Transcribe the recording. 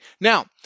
Now